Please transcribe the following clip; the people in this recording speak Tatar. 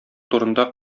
турында